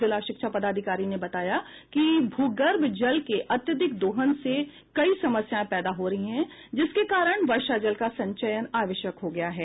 जिला शिक्षा पदाधिकारी ने बताया कि भूगर्भ जल के अत्यधिक दोहन से कई समस्याएं पैदा हो रही है जिसके कारण वर्षा जल का संचयन आवश्यक हो गया है